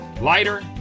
Lighter